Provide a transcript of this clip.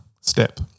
step